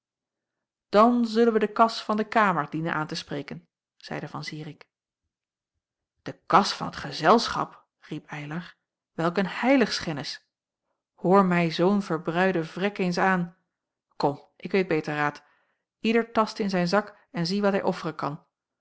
dan zullen wij de kas van de kamer dienen aan te spreken zeide an irik e kas van t gezelschap riep eylar welk een heiligschennis hoor mij zoo'n verbruiden vrek eens aan kom ik weet beter raad ieder taste in zijn zak en zie wat hij offeren kan